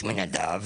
שמי נדב.